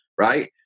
right